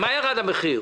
מה ירד המחיר?